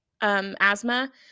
asthma